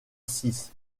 six